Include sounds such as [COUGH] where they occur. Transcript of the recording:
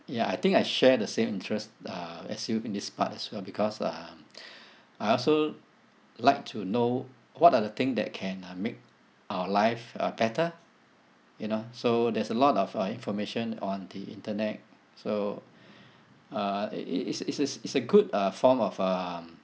ya I think I share the same interest uh as you in this part as well because um [NOISE] I also like to know what are the thing that can uh make our life uh better you know so there's a lot of uh information on the internet so [BREATH] uh it it it's it's is it's a good uh form of um